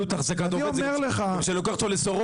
עלות אחזקת עובד זה גם כשאני לוקח אותו לסורוקה,